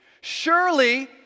surely